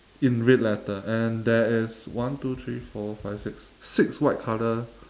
in red letter and there is one two three four five six six white colour